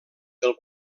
del